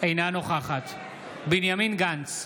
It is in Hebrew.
אינה נוכחת בנימין גנץ,